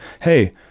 Hey